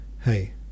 Hey